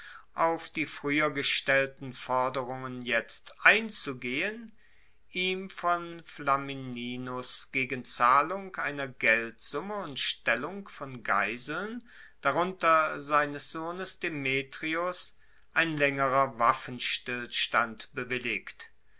auf die frueher gestellten forderungen jetzt einzugehen ihm von flamininus gegen zahlung einer geldsumme und stellung von geiseln darunter seines sohnes demetrios ein laengerer waffenstillstand bewilligt